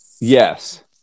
Yes